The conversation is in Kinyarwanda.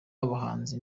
abahanzi